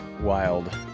wild